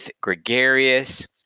gregarious